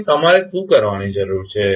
તેથી તમારે શું કરવાની જરૂર છે